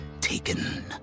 taken